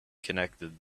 connected